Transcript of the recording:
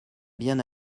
bien